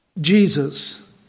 Jesus